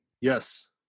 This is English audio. yes